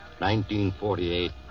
1948